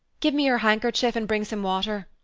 give me your handkerchief, and bring some water,